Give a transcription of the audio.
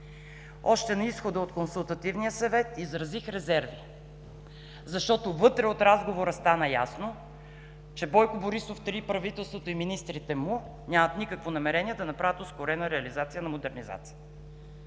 Още на изхода от Консултативния съвет изразих резерви, защото вътре от разговора стана ясно, че Бойко Борисов 3, правителството и министрите му нямат никакво намерение да направят ускорена реализация на модернизацията.